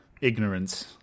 ignorance